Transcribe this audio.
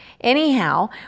Anyhow